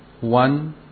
One